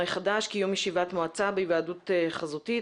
החדש) (קיום ישיבת מועצה בהיוועדות חזותית),